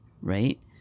right